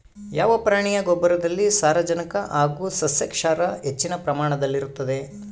ಯಾವ ಪ್ರಾಣಿಯ ಗೊಬ್ಬರದಲ್ಲಿ ಸಾರಜನಕ ಹಾಗೂ ಸಸ್ಯಕ್ಷಾರ ಹೆಚ್ಚಿನ ಪ್ರಮಾಣದಲ್ಲಿರುತ್ತದೆ?